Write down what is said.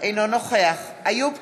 אינו נוכח איוב קרא,